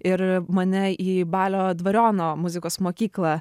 ir mane į balio dvariono muzikos mokyklą